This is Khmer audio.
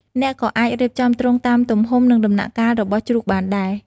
អ្នកក៏អាចរៀបចំទ្រុងតាមទំហំ និងដំណាក់កាលរបស់ជ្រូកបានដែរ។